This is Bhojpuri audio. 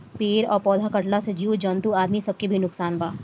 पेड़ आ पौधा कटला से जीव जंतु आ आदमी सब के भी नुकसान बा